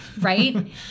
Right